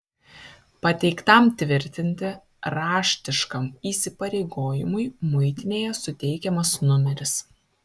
pateiktam tvirtinti raštiškam įsipareigojimui muitinėje suteikiamas numeris